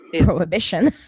prohibition